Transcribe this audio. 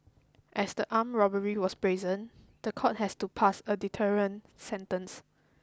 as the armed robbery was brazen the court has to pass a deterrent sentence